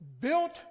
Built